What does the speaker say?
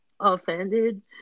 offended